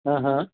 हां हां